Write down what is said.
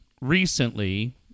recently